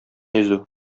йөзү